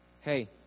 Hey